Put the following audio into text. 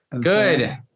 Good